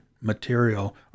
material